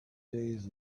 days